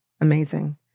amazing